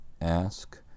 Ask